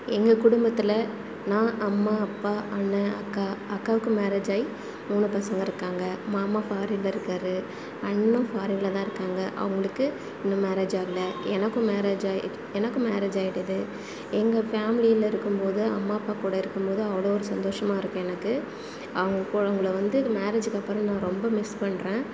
எங்கள் குடும்பத்தில் நான் அம்மா அப்பா அண்ணன் அக்கா அக்காவுக்கு மேரேஜ் ஆகி மூணு பசங்க இருக்காங்க மாமா ஃபாரினில் இருக்கார் அண்ணனும் ஃபாரினில்தான் இருக்காங்க அவங்களுக்கு இன்னும் மேரேஜ் ஆகலை எனக்கும் மேரேஜ் ஆயிட்டு எனக்கும் மேரேஜ் ஆயிட்டுது எங்கள் ஃபேம்லியில இருக்கும்போது அம்மா அப்பாக்கூட இருக்கும்போது அவ்வளோ ஒரு சந்தோஷமாக இருக்கும் எனக்கு அவங்கக்கூட அவங்கள வந்து இப்போ மேரேஜுக்கப்புறம் நான் ரொம்ப மிஸ் பண்ணுறேன்